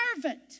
servant